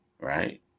right